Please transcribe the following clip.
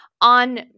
on